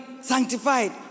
sanctified